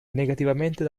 negativamente